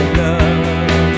love